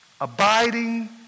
abiding